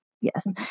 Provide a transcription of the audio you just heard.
Yes